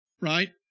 Right